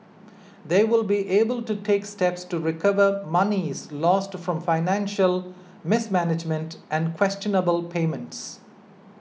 they will be able to take steps to recover monies lost from financial mismanagement and questionable payments